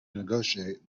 negotiate